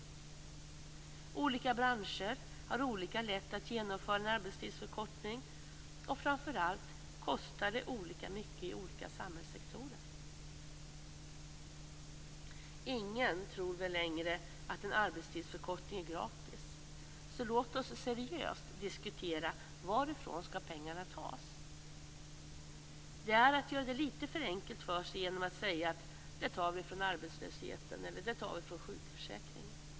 Olika branscher har olika lätt att genomföra en arbetstidsförkortning, och framför allt kostar det olika mycket i olika samhällssektorer. Ingen tror väl längre att en arbetstidsförkortning är gratis. Låt oss därför seriöst diskutera varifrån pengarna skall tas. Det är att göra det lite för enkelt för sig att säga att man tar det från arbetslöshetsförsäkringen eller från sjukförsäkringen.